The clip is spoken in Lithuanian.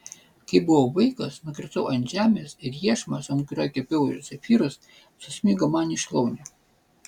kai buvau vaikas nukritau ant žemės ir iešmas ant kurio kepiau zefyrus susmigo man į šlaunį